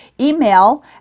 email